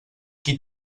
qui